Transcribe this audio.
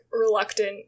Reluctant